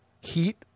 heat